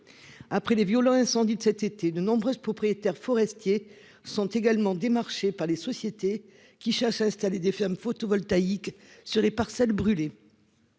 Après les violents incendies de cet été, de nombreuses propriétaires forestiers sont également démarché par les sociétés qui chassent installer des fermes photovoltaïques sur les parcelles brûlées.